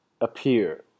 appear